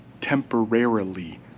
Temporarily